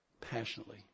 passionately